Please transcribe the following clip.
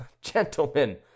gentlemen